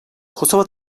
kosova